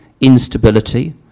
instability